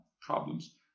problems